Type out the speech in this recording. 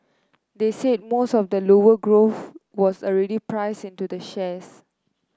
they said most of the lower growth was already priced into the shares